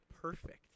perfect